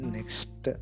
Next